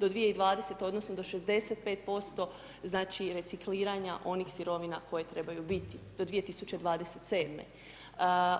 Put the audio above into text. do 2020.-te odnosno do 65%, znači, recikliranja onih sirovina koje trebaju biti do 2027.-me.